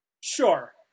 sure